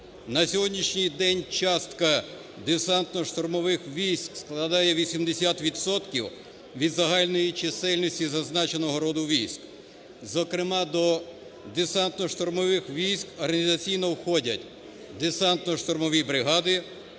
На сьогоднішній день частка Десантно-штурмових військ складає 80 відсотків від загальної чисельності зазначеного роду військ. Зокрема, до Десантно-штурмових військ організаційно входять: десантно-штурмові бригади,